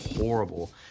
horrible